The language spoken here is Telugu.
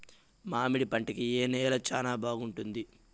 మామిడి పంట కి ఏ నేల చానా బాగుంటుంది